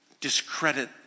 discredit